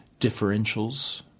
differentials